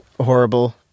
horrible